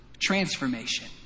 transformation